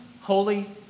holy